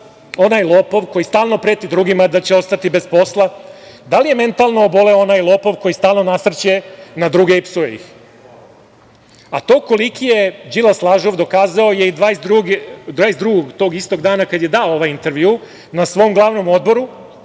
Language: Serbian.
onaj lopov koji stalno preti drugima da će ostati bez posla? Da li je mentalno oboleo onaj lopov koji stalno nasrće na druge i psuje ih?A to koliki je Đilas lažov dokazao je i 22-og, tog istog dana kada je dao ovaj intervjuu, na svom glavnom odboru,